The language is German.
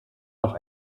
noch